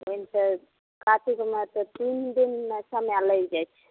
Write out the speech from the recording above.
ओहिमे से कातिकमे तऽ तीन दिन समय लागि जाइ छै